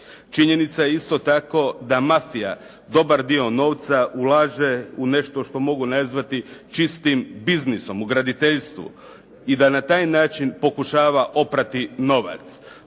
Činjenica je isto tako da mafija, dobar dio novca ulaže u nešto što mogu nazvati čistim biznisom u graditeljstvu i da na taj način pokušava oprati novac.